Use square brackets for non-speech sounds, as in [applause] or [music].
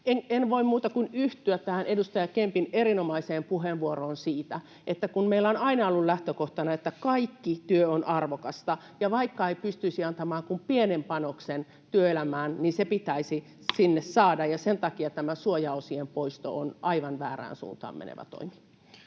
En voi muuta kuin yhtyä tähän edustaja Kempin erinomaiseen puheenvuoroon siitä, että kun meillä on aina ollut lähtökohtana, että kaikki työ on arvokasta ja vaikka ei pystyisi antamaan kuin pienen panoksen työelämään, se pitäisi sinne saada, [noise] sen takia tämä suojaosien poisto on aivan väärään suuntaan menevä toimi.